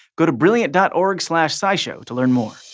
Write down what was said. go to brilliant dot org slash scishow to learn more.